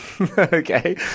Okay